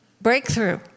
breakthrough